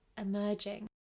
emerging